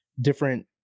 different